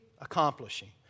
accomplishing